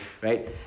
right